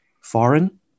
foreign